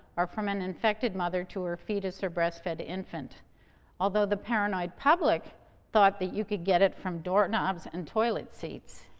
or from an infected mother to her fetus or breastfed infant although the paranoid public thought that you could get it from doorknobs and toilet seats.